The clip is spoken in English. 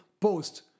post